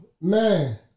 man